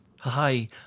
Hi